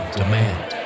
demand